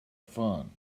fun